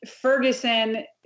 ferguson